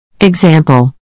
Example